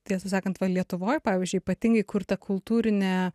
tiesą sakant va lietuvoj pavyzdžiui ypatingai kur ta kultūrinė